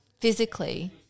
physically